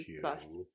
plus